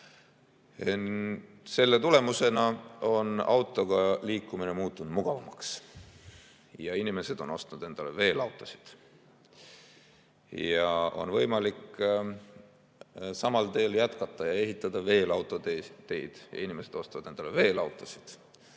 Selle tulemusena on autoga liikumine muutunud mugavamaks ja inimesed on ostnud endale veel autosid. On võimalik samal teel jätkata ja ehitada veel autoteid ja inimesed ostavad endale veel autosid.